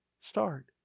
start